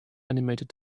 animated